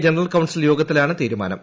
general council യോഗത്തിലാണ് തീരുമാനം